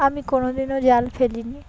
আমি কোনো দিনও জাল ফেলিনি